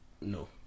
No